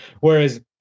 Whereas